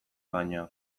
baina